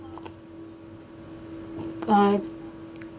I